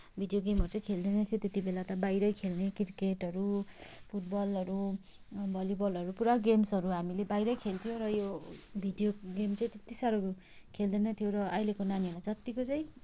video गेमहरू चाहिँ खेल्दैन्थ्यौँ त्यत्ति बेला त बाहिरै खेल्ने क्रिकेटहरू फुटबलहरू भलिबलहरू पुरा गेम्सहरू हामीले बाहिरै खेल्थ्यौँ र यो भिडियो गेम चाहिँ त्यत्ति साह्रो खेल्दैन्थ्यौँ र अहिलेको नानीहरू जत्तिको चाहिँ